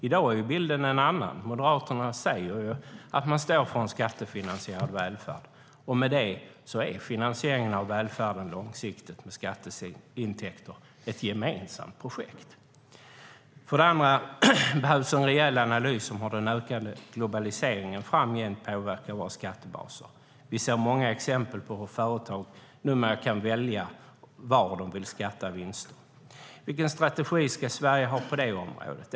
I dag är bilden en annan. Moderaterna säger att man står för en skattefinansierad välfärd. Med det är finansieringen av välfärden långsiktigt med skatteintäkter ett gemensamt projekt. För det andra behövs en rejäl analys av hur den ökade globaliseringen framgent påverkar våra skattebaser. Vi ser många exempel på hur företag numera kan välja var de vill skatta vinsterna. Vilken strategi ska Sverige ha på det området?